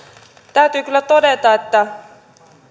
täytyy kyllä todeta että